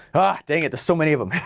ah dang it there's so many of them,